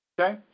Okay